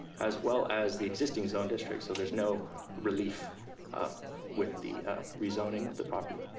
as well as the existing zone district. so there's no relief with the rezoning of the property